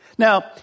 Now